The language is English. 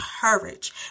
courage